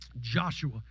Joshua